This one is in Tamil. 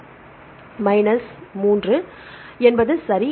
மாணவர் மைனஸ் 3 மைனஸ் 3 என்பது சரி